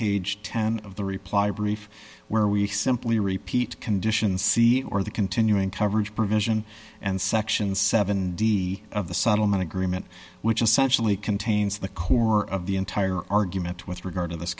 page ten of the reply brief where we simply repeat condition c or the continuing coverage provision and section seven d of the subtle men agreement which essentially contains the core of the entire argument with regard to this